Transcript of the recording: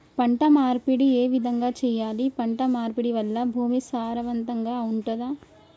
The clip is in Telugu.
పంట మార్పిడి ఏ విధంగా చెయ్యాలి? పంట మార్పిడి వల్ల భూమి సారవంతంగా ఉంటదా?